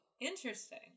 interesting